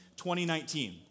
2019